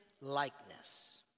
likeness